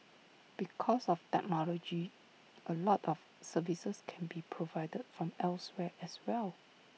because of technology A lot of services can be provided from elsewhere as well